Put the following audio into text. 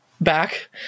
back